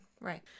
Right